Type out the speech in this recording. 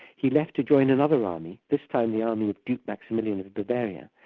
he left to join another army, this time the army of duke maximilian of bavaria,